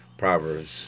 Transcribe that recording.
Proverbs